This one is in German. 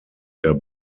der